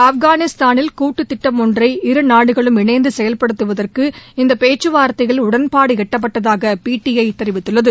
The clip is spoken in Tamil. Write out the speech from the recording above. ஆப்கானிஸ்தானில் கூட்டு திட்டம் ஒன்றை இரு நாடுகளும் இனைநது செயல்படுத்துவதற்கு இந்த பேச்சுவார்த்தையில் உடன்பாடு எட்டப்பட்டதாக பிடிஐ தெரிவித்துள்ளது